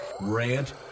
Rant